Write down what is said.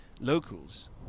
locals